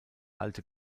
alte